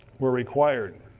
were required.